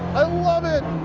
i love it.